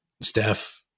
Steph